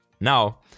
Now